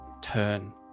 turn